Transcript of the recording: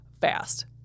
fast